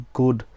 good